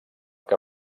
que